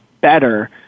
better